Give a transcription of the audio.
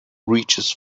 reaches